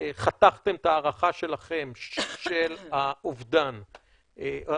חתכתם את ההערכה שלכם של אובדן האנשים,